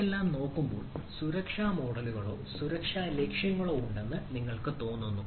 അവയെല്ലാം നോക്കുമ്പോൾ സുരക്ഷാ മോഡലുകളോ സുരക്ഷാ ലക്ഷ്യങ്ങളോ ഉണ്ടെന്ന് നമ്മൾക്ക് തോന്നുന്നു